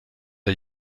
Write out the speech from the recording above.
der